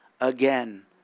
again